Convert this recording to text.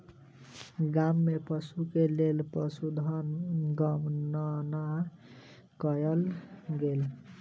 गाम में पशु के लेल पशुधन गणना कयल गेल